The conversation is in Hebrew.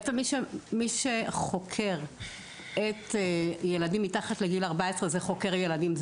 בעצם מי שחוקר ילדים מתחת לגיל 14 זה חוקר ילדים,